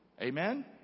Amen